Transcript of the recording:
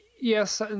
Yes